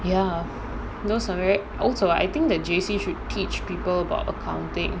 ya no also right also I think that J_C should teach people about accounting